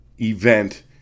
event